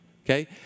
Okay